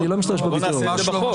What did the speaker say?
אבל בוא נעשה את זה בחוק.